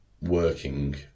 working